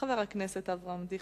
חבר הכנסת אברהם דיכטר,